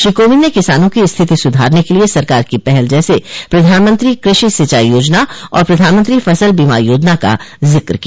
श्री कोविंद ने किसानों की स्थिति सुधारने के लिए सरकार की पहल जैसे प्रधानमंत्री कृषि सिंचाई याजना और प्रधानमंत्री फसल बीमा योजना का जिक्र किया